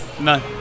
No